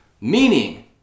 meaning